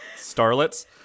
starlets